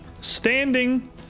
standing